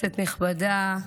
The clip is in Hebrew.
כנסת נכבדה,